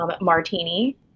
Martini